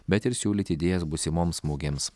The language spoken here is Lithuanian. bet ir siūlyti idėjas būsimoms mugėms